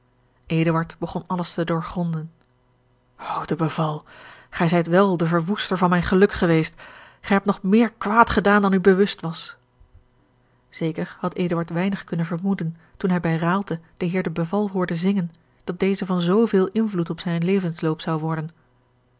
begon alles te doorgronden o de beval gij zijt wel de verwoester van mijn geluk geweest gij hebt nog meer kwaad gedaan dan u bewust was zeker had eduard weinig kunnen vermoeden toen hij bij raalte den heer de beval hoorde zingen dat deze van zooveel invloed op zijn levensloop zou worden